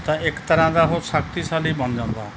ਤਾਂ ਇੱਕ ਤਰ੍ਹਾਂ ਦਾ ਉਹ ਸ਼ਕਤੀਸ਼ਾਲੀ ਬਣ ਜਾਂਦਾ